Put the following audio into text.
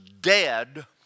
dead